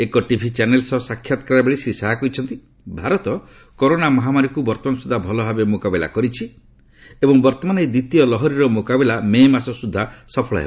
ଏକ TV channel ସହ ସାକ୍ଷାତକାର ବେଳେ ଶ୍ରୀ ଶାହା କହିଛନ୍ତି ଭାରତ କରୋନା ମହାମାରୀକୁ ବର୍ତ୍ତମାନ ସୁଦ୍ଧା ଭଲ ଭାବେ ମୁକାବିଲା କରିଛି ଏବଂ ବର୍ତ୍ତମାନ ଏହି ଦ୍ୱିତୀୟ ଲହରୀର ମୁକାବିଲା ମେ' ମାସ ସୁଦ୍ଧା ସଫଳ ହେବ